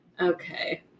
okay